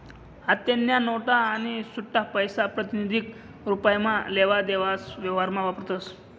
आत्तेन्या नोटा आणि सुट्टापैसा प्रातिनिधिक स्वरुपमा लेवा देवाना व्यवहारमा वापरतस